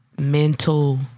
mental